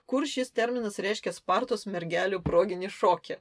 kur šis terminas reiškia spartos mergelių proginį šokį